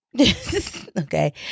okay